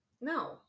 No